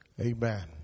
Amen